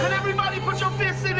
everybody put your fist